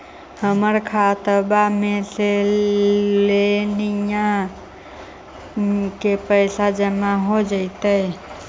हमर खातबा में से लोनिया के पैसा जामा हो जैतय?